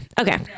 Okay